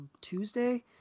Tuesday